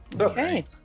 Okay